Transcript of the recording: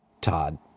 Todd